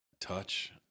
touch